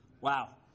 Wow